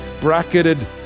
bracketed